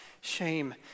shame